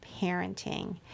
parenting